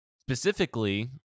Specifically